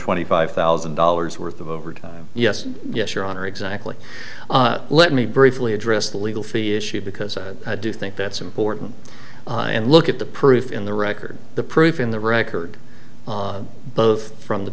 twenty five thousand dollars worth of overtime yes yes your honor exactly let me briefly address the legal fee issue because i do think that's important and look at the proof in the record the proof in the record both from the